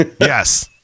Yes